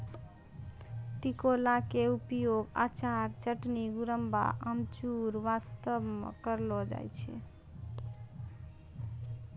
टिकोला के उपयोग अचार, चटनी, गुड़म्बा, अमचूर बास्तॅ करलो जाय छै